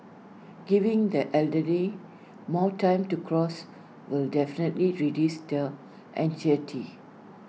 giving the elderly more time to cross will definitely reduce their anxiety